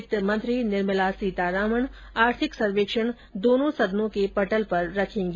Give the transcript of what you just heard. वित्त मंत्री निर्मला सीतारमण आर्थिक सर्वेक्षण दोंनो सदनों के पटल पर रखेंगी